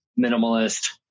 minimalist